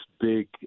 big